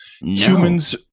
Humans